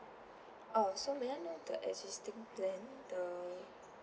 uh so may I know the existing plan the